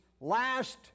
last